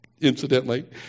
incidentally